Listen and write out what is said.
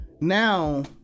Now